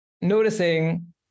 noticing